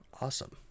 awesome